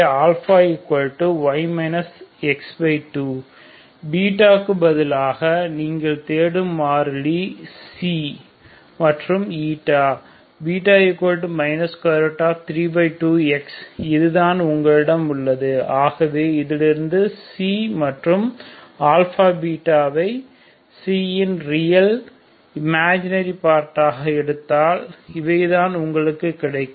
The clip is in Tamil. Beta க்கு பதிலாக நீங்கள் தேடும் மாறிகள் மற்றும் β 32x இது தான் உங்களிடம் உள்ளது ஆகவே இதிலிருந்து நீங்கள் ஐ இன் ரியல் இமாஜினரி பார்ட்டாக எடுத்தால் இவை தான் உங்களுக்கு கிடைக்கும்